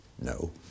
no